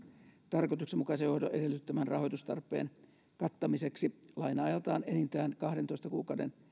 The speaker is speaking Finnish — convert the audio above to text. tarkoituksenmukaisen hoidon edellyttämän rahoitustarpeen kattamiseksi laina ajaltaan enintään kahdentoista kuukauden